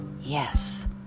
Yes